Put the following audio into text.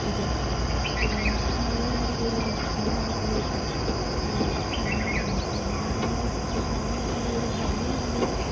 ഇത് ആളുകൾ നമ്മുടെ കൂടെയുണ്ടെങ്കിൽ പിന്നെ അത് പോയിട്ട് ഈ വന്യ മൃഗങ്ങൾ വന്യ മൃഗങ്ങൾ ആ കാണുമെന്നുള്ള ഒരു ഭയവുമുണ്ട്